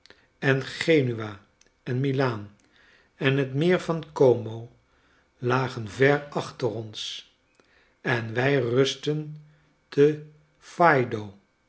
en genua en milaan en het meer van oomo lagen ver achter ons en wij rusten te